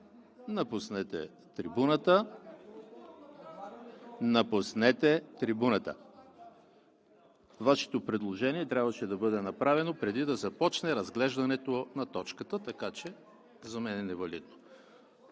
изключени микрофони.) Напуснете трибуната! Вашето предложение трябваше да бъде направено преди да започне разглеждането на точката, така че за мен е невалидно.